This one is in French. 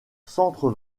centre